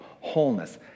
wholeness